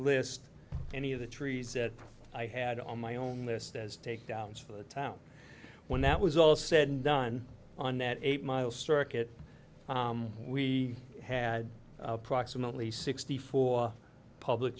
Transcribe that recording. list any of the trees that i had on my own list as takedowns for the town when that was all said and done on that eight mile circuit we had approximately sixty four public